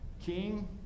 King